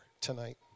tonight